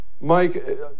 Mike